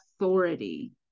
authority